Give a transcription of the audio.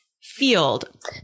field